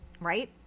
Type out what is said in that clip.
Right